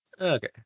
Okay